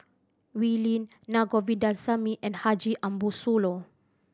Wee Lin Na Govindasamy and Haji Ambo Sooloh